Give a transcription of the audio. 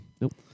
Nope